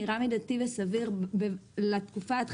נראה מידתי וסביר לתקופה ההתחלתית.